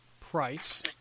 price